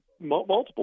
multiple